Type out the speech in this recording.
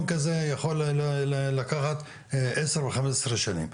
כזה יכול לקחת עשר או חמש עשרה שנים,